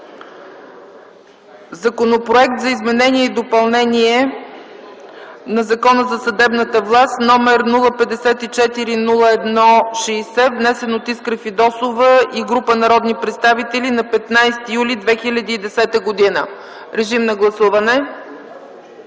Законопроект за изменение и допълнение на Закона за съдебната власт № 054-01-60, внесен от Искра Фидосова и група народни представители на 15 юли 2010 г. Гласували